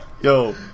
Yo